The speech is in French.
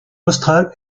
australe